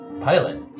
pilot